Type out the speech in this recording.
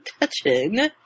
touching